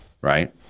right